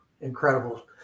Incredible